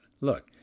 look